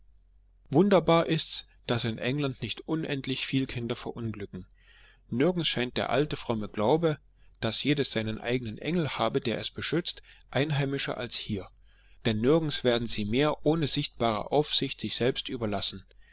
wunderbar ist's daß in england nicht unendlich viel kinder verunglücken nirgends scheint der alte fromme glaube daß jedes seinen eigenen engel habe der es beschützt einheimischer als hier denn nirgends werden sie mehr ohne sichtbare aufsicht sich selbst überlassen